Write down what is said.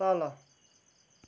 तल